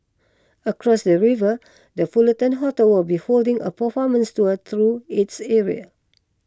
across the river the Fullerton Hotel will be holding a performance tour through its area